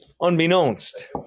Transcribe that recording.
unbeknownst